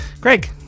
Greg